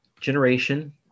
generation